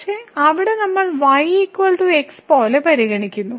പക്ഷേ അവിടെ നമ്മൾ y x പോലെ പരിഗണിക്കുന്നു